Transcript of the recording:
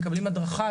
מקבלים הדרכה.